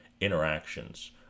interactions